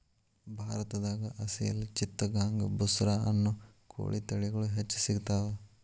ಭಾರತದಾಗ ಅಸೇಲ್ ಚಿತ್ತಗಾಂಗ್ ಬುಸ್ರಾ ಅನ್ನೋ ಕೋಳಿ ತಳಿಗಳು ಹೆಚ್ಚ್ ಸಿಗತಾವ